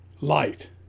light